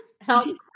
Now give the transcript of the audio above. help